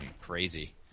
Crazy